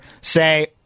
say